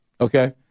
okay